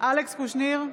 אלכס קושניר,